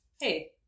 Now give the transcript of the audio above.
Hey